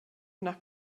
nach